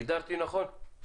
הגדרתי נכון?